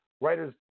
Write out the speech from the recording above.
writers